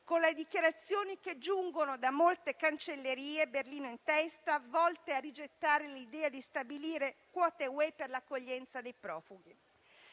con le dichiarazioni che giungono da molte cancellerie, Berlino in testa, volte a rigettare l'idea di stabilire quote UE per l'accoglienza dei profughi.